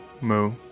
moo